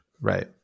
Right